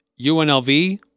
UNLV